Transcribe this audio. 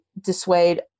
dissuade